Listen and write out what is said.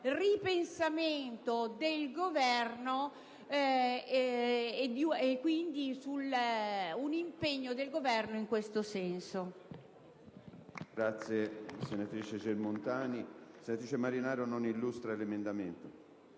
ripensamento del Governo e quindi un impegno dello stesso in tal senso.